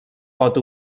pot